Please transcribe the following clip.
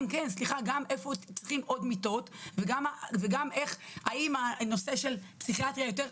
גם איפה צריכים עוד מיטות וגם האם הנושא של פסיכיאטריה יותר.